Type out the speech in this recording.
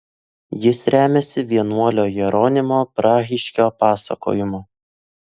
jis remiasi vienuolio jeronimo prahiškio pasakojimu